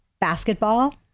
basketball